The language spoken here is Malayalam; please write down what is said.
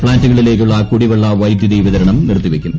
ഫ്ളാറ്റുകളിലേയ്ക്കുള്ള കുടിവെള്ള വൈദ്യുതി വിതരണം നിർത്തിവയ്ക്കും